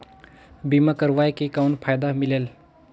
बीमा करवाय के कौन फाइदा मिलेल?